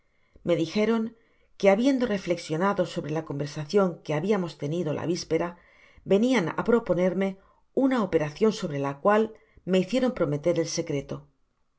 me dijeron que habiendo reflexionado sobre la conversacion que habíamos tenido la víspera venian á proponerme una operacion sobre la cual me hicieron prometer el secreto